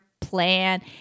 plan